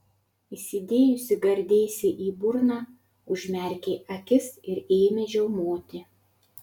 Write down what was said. įsidėjusi gardėsį į burną užmerkė akis ir ėmė žiaumoti